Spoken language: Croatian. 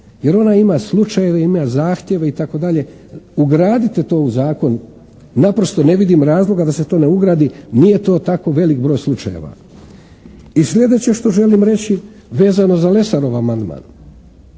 jer ona ima slučajeve, ima zahtjeve itd. Ugradite to u zakon. Naprosto ne vidim razloga da se to ne ugradi. Nije to tako veliki broj slučajeva. I sljedeće što želim reći vezano za Lesarov amandman.